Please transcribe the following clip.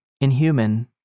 Inhuman